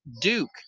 Duke